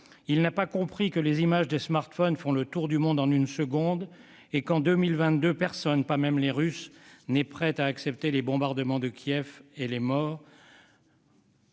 Il n'a pas compris que les images des smartphones faisaient le tour du monde en une seconde et qu'en 2022 personne, pas même les Russes, n'était prêt à accepter les bombardements de Kiev et les morts.